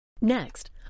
Next